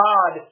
God